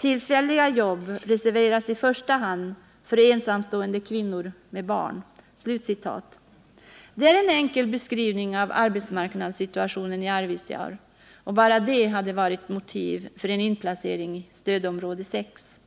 Tillfälliga jobb reserveras i första hand för ensamstående kvinnor med barn.” Det är en enkel beskrivning av arbetsmarknaden i Arvidsjaur, och bara den hade varit motiv för en inplacering i stödområde 6.